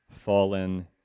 fallen